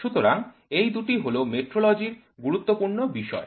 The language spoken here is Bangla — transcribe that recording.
সুতরাং এই দুটি হল মেট্রোলজি র গুরুত্বপূর্ণ বিষয়